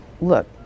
look